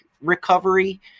recovery